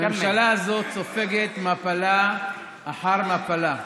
הממשלה הזאת סופגת מפלה אחר מפלה,